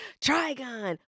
Trigon